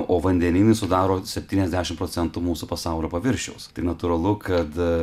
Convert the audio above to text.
o vandenynai sudaro septyniasdešimt procentų mūsų pasaulio paviršiaus tai natūralu kad